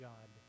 God